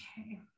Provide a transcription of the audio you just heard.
Okay